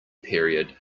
period